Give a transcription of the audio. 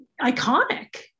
iconic